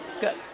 good